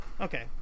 Okay